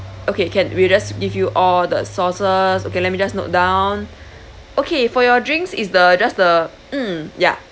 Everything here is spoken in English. okay can we just give you all the sauces okay let me just note down okay for your drinks is the just the mm ya